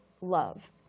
love